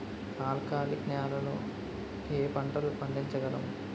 ఆల్కాలిక్ నెలలో ఏ పంటలు పండించగలము?